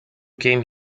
came